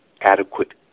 adequate